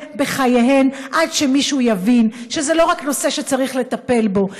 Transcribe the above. בחייהן עד שמישהו יבין שזה לא רק נושא שצריך לטפל בו,